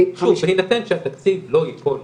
שוב, בהינתן שהתקציב לא ייפול.